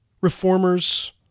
reformers